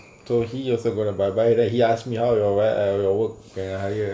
so he also gonna bye bye that he asked me how you where your work can I